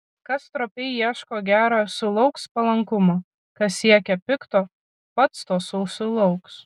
kas stropiai ieško gera sulauks palankumo kas siekia pikto pats to susilauks